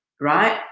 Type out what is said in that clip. right